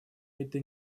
это